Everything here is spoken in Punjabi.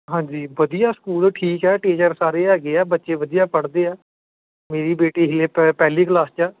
ਹਾਂਜੀ ਵਧੀਆ ਸਕੂਲ ਠੀਕ ਹੈ ਟੀਚਰ ਸਾਰੇ ਹੈਗੇ ਆ ਬੱਚੇ ਵਧੀਆ ਪੜ੍ਹਦੇ ਆ ਮੇਰੀ ਬੇਟੀ ਹੀ ਇ ਪਹਿਲੀ ਕਲਾਸ 'ਚ ਆ